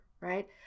right